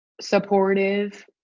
supportive